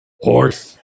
Horse